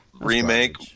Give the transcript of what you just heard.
remake